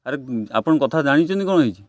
ଆରେ ଆପଣ କଥା ଜାଣିଛନ୍ତି କ'ଣ ହେଇଛି